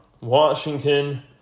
Washington